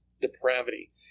depravity